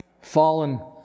Fallen